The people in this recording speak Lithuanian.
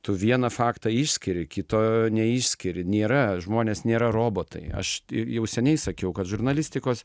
tu vieną faktą išskiri kito neišskiri nėra žmonės nėra robotai aš jau seniai sakiau kad žurnalistikos